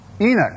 Enoch